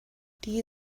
die